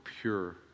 pure